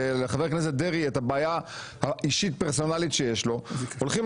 לחבר הכנסת דרעי את הבעיה האישית פרסונלית שיש לו אנחנו הולכים